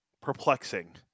perplexing